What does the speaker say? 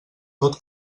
tot